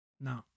no